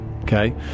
okay